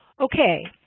okay,